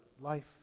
life